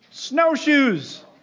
Snowshoes